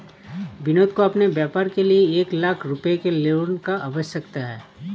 विनोद को अपने व्यापार के लिए एक लाख रूपए के लोन की आवश्यकता है